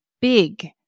big